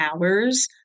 hours